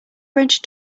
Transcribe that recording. french